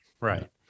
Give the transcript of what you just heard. right